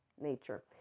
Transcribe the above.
nature